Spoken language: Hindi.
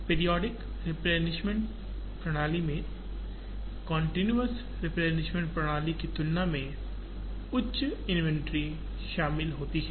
पीरियाडिक रेप्लेनिशमेंट प्रणाली में कंटीन्यूअस रेप्लेनिशमेंट प्रणाली की तुलना में उच्च इन्वेंट्री शामिल होती है